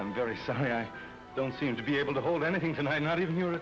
i'm very sorry i don't seem to be able to hold anything and i'm not even here